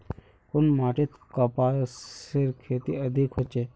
कुन माटित कपासेर खेती अधिक होचे?